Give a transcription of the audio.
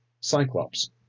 Cyclops